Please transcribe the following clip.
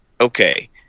okay